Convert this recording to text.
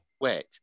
Wait